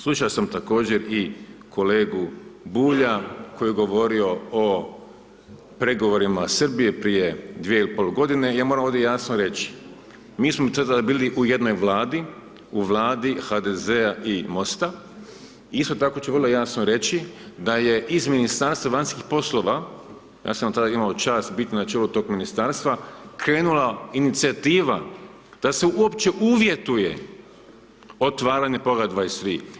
Slušao sam također i kolegu Bulja koji je govorio o pregovorima Srbije prije 2,5 g., ja moram ovdje jasno reći, mi smo tada bili u jednoj Vladi, u Vladi HDZ-a i MOST-a, isto tako ću vrlo jasno reći da je iz Ministarstva vanjskih poslova, ja sam tada imao čast bit na čelu tog ministarstva, krenula inicijativa da se uopće uvjetuje otvaranje poglavlja 23.